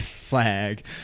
flag